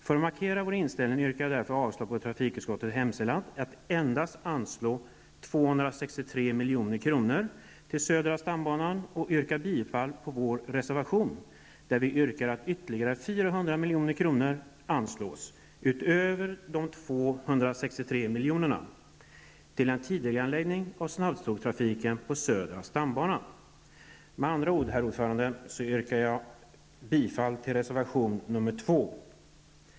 För att markera vår inställning yrkar jag därför avslag på trafikutskottets hemställan att endast anslå 263 milj.kr. till södra stambanan och bifall till vår reservation, där vi yrkar att ytterligare 400 Herr talman! Med andra ord yrkar jag bifall till reservation nr 2.